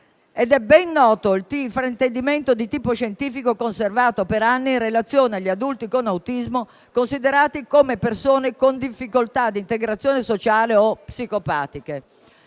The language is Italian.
è ben noto il fraintendimento di tipo scientifico, conservato per anni, in relazione agli adulti con autismo, considerati come persone con difficoltà d'integrazione sociale o psicopatiche.